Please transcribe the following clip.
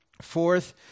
fourth